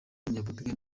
w’umunyaportugal